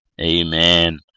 Amen